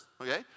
okay